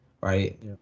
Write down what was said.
right